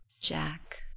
Jack